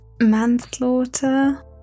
Manslaughter